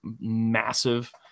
massive